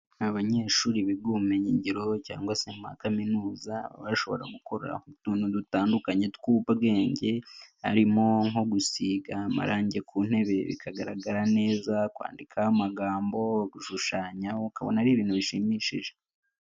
Abanyeshuri biga ubumenyingiro cyangwa se mu makaminuza baba bashobora gukora utuntu dutandukanye tw'ubwenge, harimo nko gusiga amarangi ku ntebe bikagaragara neza, kwandikaho amagambo, gushushanya ukabona ari ibintu bishimishije.